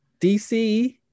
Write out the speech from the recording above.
DC